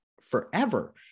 forever